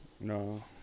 No